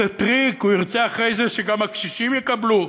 זה טריק, הוא ירצה אחרי זה שגם הקשישים יקבלו.